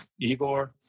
Igor